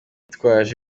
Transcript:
bitwaje